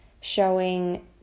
showing